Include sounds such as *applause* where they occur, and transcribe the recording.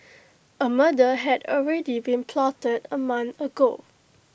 *noise* A murder had already been plotted A month ago